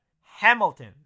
Hamilton